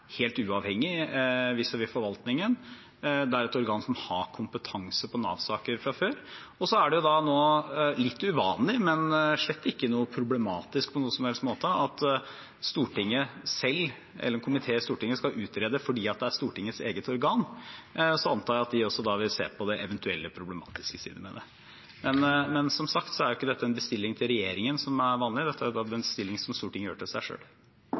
helt uavhengig vis-a-vis forvaltningen. Det er et organ som har kompetanse på Nav-saker fra før. Det er litt uvanlig, men slett ikke problematisk på noen som helst måte at Stortinget selv, eller en komité i Stortinget, skal utrede fordi det er Stortingets eget organ. Jeg antar at de også da vil se på de eventuelle problematiske sidene ved det. Men som sagt er ikke dette en bestilling til regjeringen, som er vanlig, dette er en bestilling som Stortinget gjør til seg